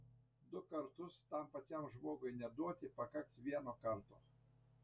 du kartus tam pačiam žmogui neduoti pakaks vieno karto